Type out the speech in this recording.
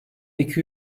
iki